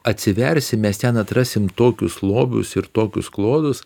atsiversime mes ten atrasim tokius lobius ir tokius klodus